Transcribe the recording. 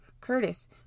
Curtis